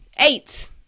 eight